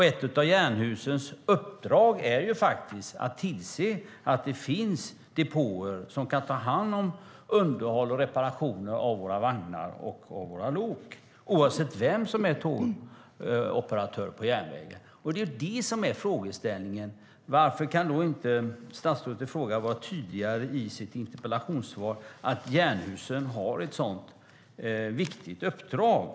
Ett av Jernhusens uppdrag är faktiskt att tillse att det finns depåer som kan ta hand om underhåll och reparation av våra vagnar och våra lok, oavsett vem som är tågoperatör på järnvägen. Det är det som är frågeställningen. Varför kan då inte statsrådet vara tydligare i sitt interpellationssvar om att Jernhusen har ett sådant viktigt uppdrag?